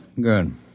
Good